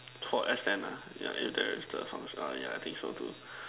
for S ten ah ya if there is the func~ uh ya I think so too